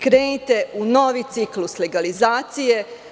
Krenite u novi ciklus legalizacije.